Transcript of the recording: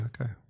okay